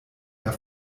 der